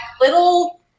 little